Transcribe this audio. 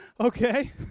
okay